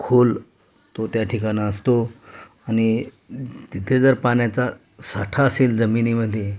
खोल तो त्या ठिकाणं असतो आणि तिथे जर पाण्याचा साठा असेल जमिनीमध्ये